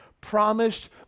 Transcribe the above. promised